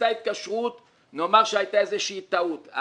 נעשתה התקשרות, נאמר שהייתה איזושהי טעות.